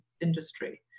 industry